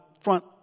front